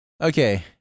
Okay